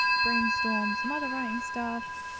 brainstorm some other writing stuff,